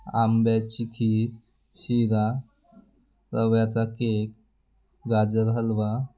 आंब्याची खीर शिरा रव्याचा केक गाजर हलवा